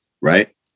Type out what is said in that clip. right